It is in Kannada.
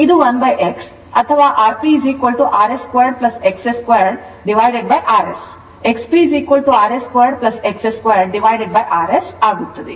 ಇದು 1X ಅಥವಾ Rprs 2 XS 2rs XPrs 2 XS 2 XS ಆಗುತ್ತದೆ